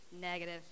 Negative